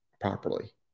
properly